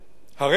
הרקורד